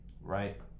right